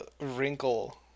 Wrinkle